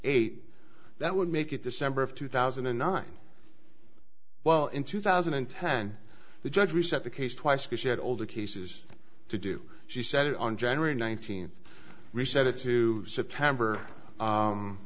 eight that would make it december of two thousand and nine well in two thousand and ten the judge reset the case twice because she had all the cases to do she said on january nineteenth reset it to september